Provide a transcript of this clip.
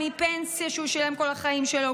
מפנסיה שהוא שילם לה כל החיים שלו,